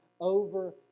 over